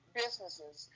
businesses